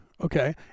okay